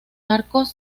arcos